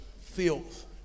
filth